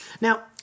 Now